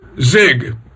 Zig